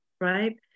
right